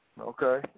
Okay